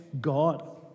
God